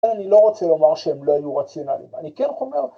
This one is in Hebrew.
אני לא רוצה לומר שהם לא היו רציונליים, אני כן אומר...